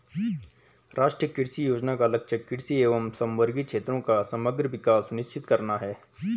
राष्ट्रीय कृषि योजना का लक्ष्य कृषि एवं समवर्गी क्षेत्रों का समग्र विकास सुनिश्चित करना है